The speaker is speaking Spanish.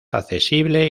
accesible